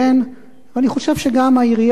ואני חושב שגם העירייה לא תינזק.